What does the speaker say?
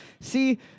See